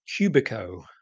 cubico